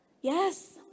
yes